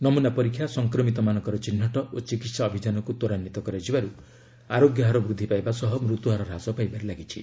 ନମୁନା ପରୀକ୍ଷା ସଂକ୍ରମିତମାନଙ୍କର ଚିହ୍ନଟ ଓ ଚିକିତ୍ସା ଅଭିଯାନକୁ ତ୍ୱରାନ୍ଧିତ କରାଯିବାରୁ ଆରୋଗ୍ୟ ହାର ବୃଦ୍ଧି ପାଇବା ସହ ମୃତ୍ୟୁହାର ହ୍ରାସ ପାଇବାରେ ଲାଗିଛି